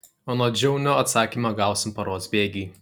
anot žiaunio atsakymą gausim paros bėgy